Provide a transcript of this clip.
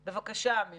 בבקשה, אמיר.